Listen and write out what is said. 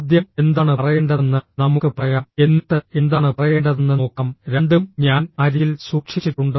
ആദ്യം എന്താണ് പറയേണ്ടതെന്ന് നമുക്ക് പറയാം എന്നിട്ട് എന്താണ് പറയേണ്ടതെന്ന് നോക്കാം രണ്ടും ഞാൻ അരികിൽ സൂക്ഷിച്ചിട്ടുണ്ട്